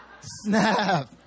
snap